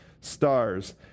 stars